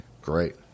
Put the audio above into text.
Great